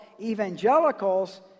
evangelicals